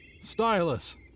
Stylus